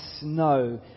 snow